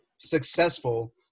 successful